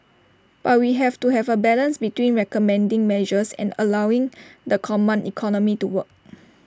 but we have to have A balance between recommending measures and allowing the command economy to work